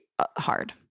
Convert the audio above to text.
hard